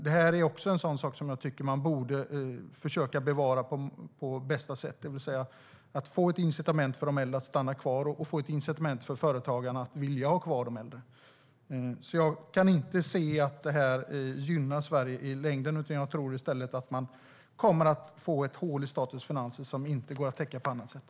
Det är något som jag tycker att man borde försöka bevara på bästa sätt för att ge ett incitament för de äldre att stanna kvar och ett incitament för företagarna att vilja ha kvar de äldre. Jag kan inte se att det här gynnar Sverige i längden utan att man i stället kommer att få ett hål i statens finanser som inte går att täcka på annat sätt.